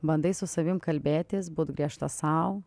bandai su savim kalbėtis būt griežta sau